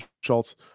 Schultz